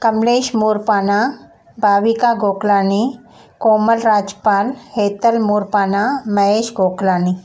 Kamlesh Morpana Bhavika Gokalani Komal Rajpal Hetal Morpana Mahesh Goklani